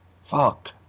Fuck